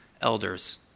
elders